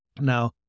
Now